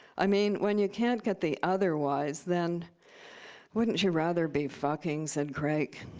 i mean, when you can't get the otherwise, then wouldn't you rather be fucking said crake.